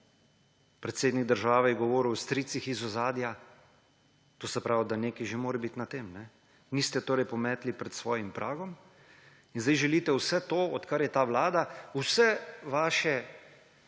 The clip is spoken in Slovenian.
Predsednik države je govoril o stricih iz ozadja, to se pravi, da nekaj že mora biti na tem. Niste torej pometli pred svojim pragom in sedaj želite vse to, odkar je ta vlada, vse vaše